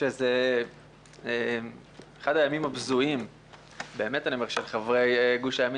זהו אחד הימים הבזויים של חברי גוש הימין